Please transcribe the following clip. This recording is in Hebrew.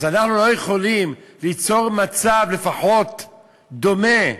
אז אנחנו לא יכולים ליצור מצב לפחות דומה,